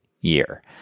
year